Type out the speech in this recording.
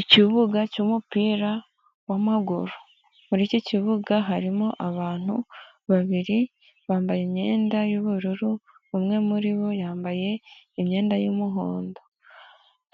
ikibuga cy'umupira wamaguru, muri iki kibuga harimo abantu babiri bambaye imyenda y'ubururu, umwe muribo yambaye imyenda y'umuhondo,